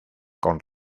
con